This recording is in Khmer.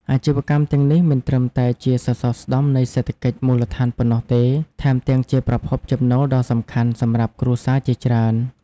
អាជីវកម្មទាំងនេះមិនត្រឹមតែជាសសរស្តម្ភនៃសេដ្ឋកិច្ចមូលដ្ឋានប៉ុណ្ណោះទេ ថែមទាំងជាប្រភពចំណូលដ៏សំខាន់សម្រាប់គ្រួសារជាច្រើន។